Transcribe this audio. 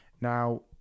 Now